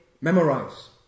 Memorize